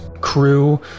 crew